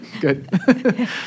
Good